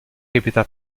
répéta